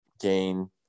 gain